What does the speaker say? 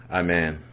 amen